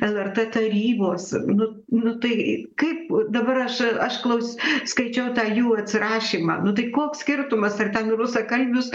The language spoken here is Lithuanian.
lrt tarybos nu nu tai kaip dabar aš aš klaus skaičiau tą jų atsirašymą nu tai koks skirtumas ar ten rusakalbius